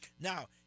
Now